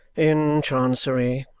in chancery.